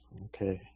Okay